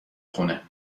خونه